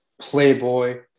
playboy